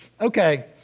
okay